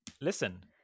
Listen